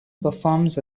performs